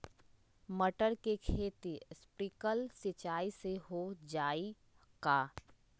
मटर के खेती स्प्रिंकलर सिंचाई से हो जाई का?